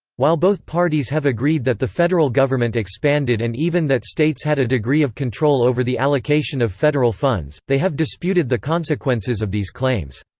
while both parties have agreed that the federal government expanded and even that states had a degree of control over the allocation of federal funds, they have disputed the consequences of these claims.